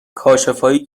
کاشفایی